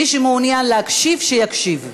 מי שמעוניין להקשיב, שיקשיב.